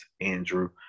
Andrew